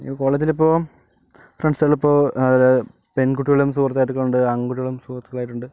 കോളേജിൽ ഇപ്പോൾ ഫ്രണ്ട്സുകൾ ഇപ്പോൾ അത് പെൺകുട്ടികളും സുഹൃത്തുക്കളായിട്ടുണ്ട് ആൺകുട്ടികളും സുഹൃത്തുക്കളായിട്ട് ഉണ്ട്